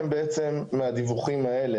הם בעצם מהדיווחים האלה.